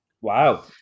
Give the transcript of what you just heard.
wow